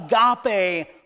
agape